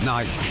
Night